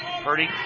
Purdy